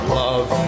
love